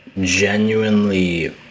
genuinely